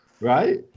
right